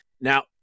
now